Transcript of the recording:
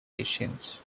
patients